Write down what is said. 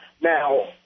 Now